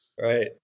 Right